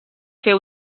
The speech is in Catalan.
fer